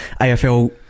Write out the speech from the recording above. AFL